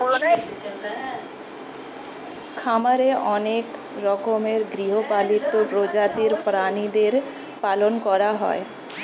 খামারে অনেক রকমের গৃহপালিত প্রজাতির প্রাণীদের পালন করা হয়